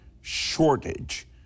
shortage